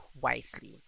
wisely